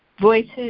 voices